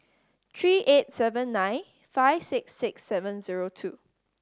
three eight seven nine five six six seven zero two